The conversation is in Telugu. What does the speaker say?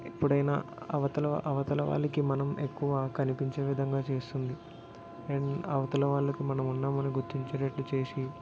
ఎప్పుడైనా అవతల అవతల వాళ్ళకి మనం ఎక్కువ కనిపించే విధంగా చేస్తుంది అండ్ అవతల వాళ్ళకు మనం ఉన్నామని గుర్తించేటట్లు చేసి